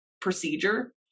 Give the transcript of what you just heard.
procedure